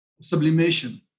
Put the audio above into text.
sublimation